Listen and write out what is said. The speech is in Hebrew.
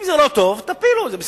אם זה לא טוב, תפילו את זה.